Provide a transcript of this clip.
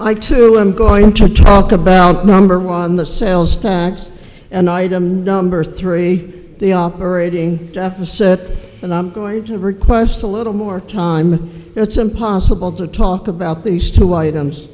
i two i'm going to talk about number one the sales tax an item number three the operating deficit and i'm going to request a little more time it's impossible to talk about these two items